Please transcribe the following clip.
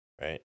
Right